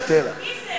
מי זה?